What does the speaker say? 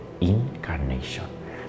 incarnation